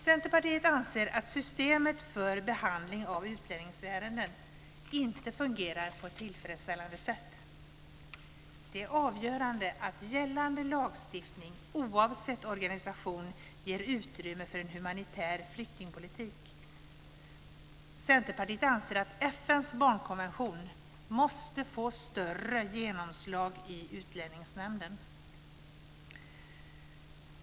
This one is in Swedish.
Centerpartiet anser att systemet för behandling av utlänningsärenden inte fungerar på ett tillfredsställande sätt. Det är avgörande att gällande lagstiftning oavsett organisation ger utrymme för en humanitär flyktingpolitik. Centerpartiet anser att FN:s barnkonvention måste få större genomslag i Utlänningsnämnden.